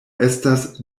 estas